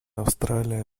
австралия